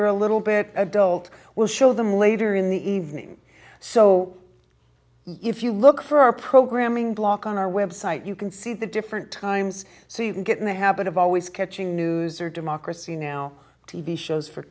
are a little bit adult will show them later in the evening so if you look for our programming block on our website you can see the different times so you can get in the habit of always catching news or democracy now t v shows for